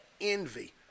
envy